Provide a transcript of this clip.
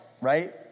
right